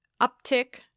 uptick